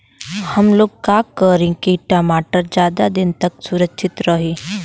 हमलोग का करी की टमाटर ज्यादा दिन तक सुरक्षित रही?